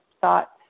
thoughts